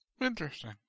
Interesting